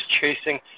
chasing